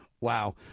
Wow